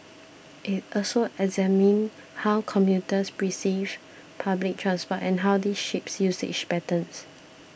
it also examined how commuters perceive public transport and how this shapes usage patterns